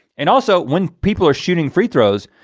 and also when people are shooting free throws,